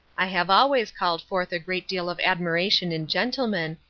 i have always called forth a great deal of admiration in gentlemen,